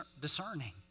discerning